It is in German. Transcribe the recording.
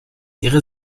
ihre